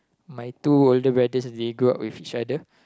my two older brothers they grow up with each other